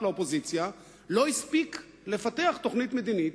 האופוזיציה לא הספיק לפתח תוכנית מדינית,